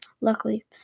luckily